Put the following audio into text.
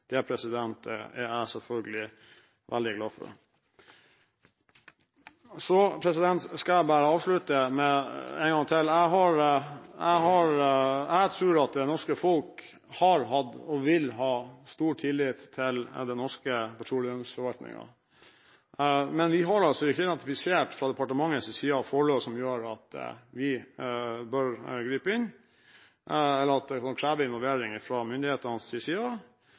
er jeg selvfølgelig veldig glad for. Så skal jeg bare avslutte: Jeg tror at det norske folk har hatt og vil ha stor tillit til den norske petroleumsforvaltningen. Men vi har altså ikke identifisert fra departementets side forhold som gjør at vi bør gripe inn, eller som krever involvering fra myndighetenes side. Vi vurderer det